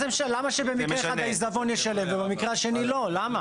למה שבמקרה אחד העיזבון ישלם ובמקרה שני לא, למה?